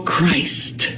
Christ